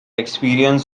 experience